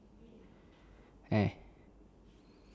eh